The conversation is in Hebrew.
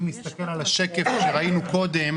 אם נסתכל על השקף שראינו קודם